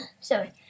Sorry